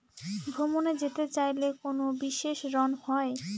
ভ্রমণে যেতে চাইলে কোনো বিশেষ ঋণ হয়?